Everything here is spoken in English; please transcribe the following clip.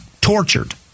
tortured